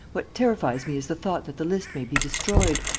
what terrifies me is the thought that the list may be destroyed.